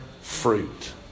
fruit